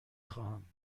خواهم